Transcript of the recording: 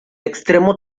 extremo